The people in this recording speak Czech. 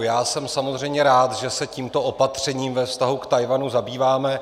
Já jsem samozřejmě rád, že se tímto opatřením ve vztahu k Tchajwanu zabýváme.